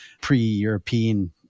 pre-European